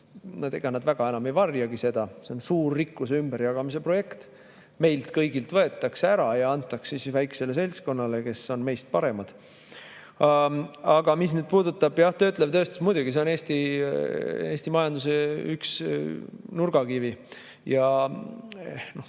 nad väga enam ei varjagi seda. See on suur rikkuse ümberjagamise projekt. Meilt kõigilt võetakse ära ja antakse väikesele seltskonnale, kes on meist paremad. Aga mis puudutab töötlevat tööstust, siis muidugi, see on Eesti majanduse üks nurgakive. Kurb